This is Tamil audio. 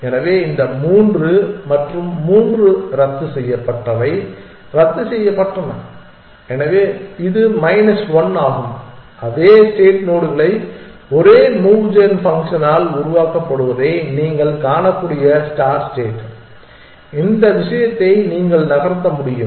எனவே இந்த மூன்று மற்றும் மூன்று ரத்துசெய்யப்பட்டவை ரத்து செய்யப்பட்டன எனவே இது மைனஸ் 1 ஆகும் அதே ஸ்டேட் நோடுகளை ஒரே மூவ் கன் ஃபங்க்ஷனால் உருவாக்கப்படுவதை நீங்கள் காணக்கூடிய ஸ்டார்ட் ஸ்டேட் இந்த விஷயத்தை நீங்கள் நகர்த்த முடியும்